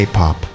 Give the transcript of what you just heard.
K-Pop